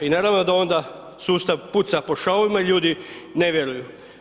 I naravno da onda sustav puca po šavovima i da ljudi ne vjeruju.